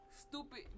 stupid